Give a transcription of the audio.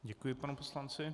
Děkuji panu poslanci.